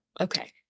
Okay